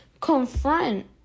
confront